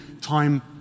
time